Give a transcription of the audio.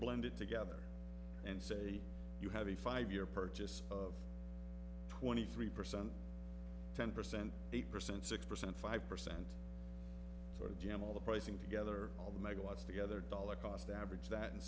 blended together and say you have a five year purchase of twenty three percent ten percent eight percent six percent five percent sort of jamul the pricing together all the megawatts together dollar cost average that and